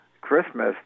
Christmas